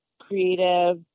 creative